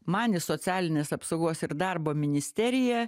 man į socialinės apsaugos ir darbo ministeriją